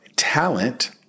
talent